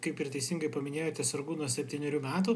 kaip ir teisingai paminėjote sergu nuo septynerių metų